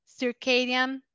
circadian